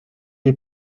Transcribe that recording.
les